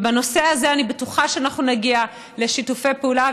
בנושא הזה, אני בטוחה שאנחנו נגיע לשיתופי פעולה.